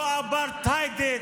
לא אפרטהיידית,